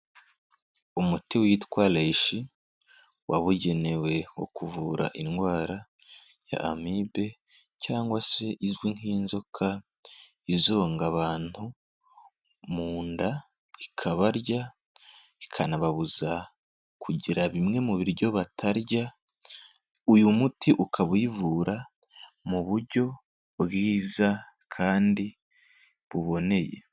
Umuti witwa reishi wabugenewe wo kuvura indwara ya amibe cyangwa se izwi nk'inzoka izonga abantu mu nda, ikabarya ikanababuza kugira bimwe mu biryo batarya, uyu muti ukaba uyivura mu buryo bwiza kandi buboneye.